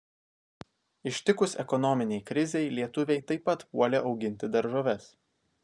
ištikus ekonominei krizei lietuviai taip pat puolė auginti daržoves